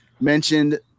mentioned